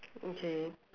okay